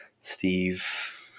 Steve